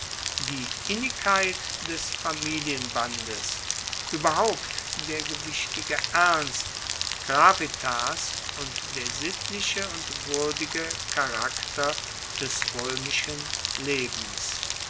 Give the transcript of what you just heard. die innigkeit des familienbandes ueberhaupt der gewichtige ernst gravitas und der sittliche und wuerdige charakter des roemischen lebens